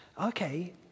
okay